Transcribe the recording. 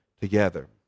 together